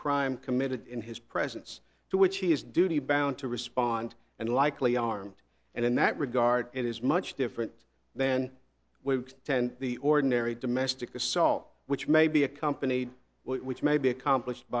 crime committed in his presence to which he is duty bound to respond and likely armed and in that regard it is much different then we extend the ordinary domestic assault which may be accompanied which may be accomplished